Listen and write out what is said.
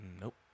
Nope